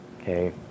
okay